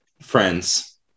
Friends